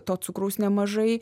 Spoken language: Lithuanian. to cukraus nemažai